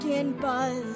buzz